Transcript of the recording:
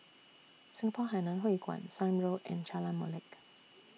Singapore Hainan Hwee Kuan Sime Road and Jalan Molek